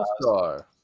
star